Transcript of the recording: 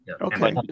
Okay